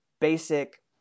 basic